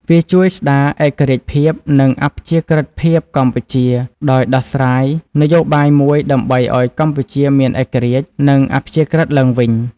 វាជួយស្ដារឯករាជ្យភាព និងអព្យាក្រឹត្យភាពកម្ពុជា ដោយដោះស្រាយនយោបាយមួយដើម្បីឱ្យកម្ពុជាមានឯករាជ្យ និងអព្យាក្រឹត្យឡើងវិញ។